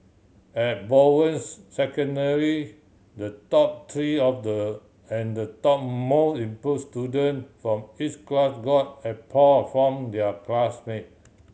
at Bowen's Secondary the top three of the and the top most improve student from each class got applause from their classmate